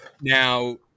Now